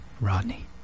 Rodney